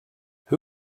who